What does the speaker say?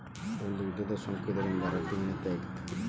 ಒಂದು ವಿಧದ ಸೊಂಕ ಇದರಿಂದ ರಕ್ತ ಹೇನತೆ ಅಕ್ಕತಿ